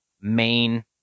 main